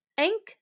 Ink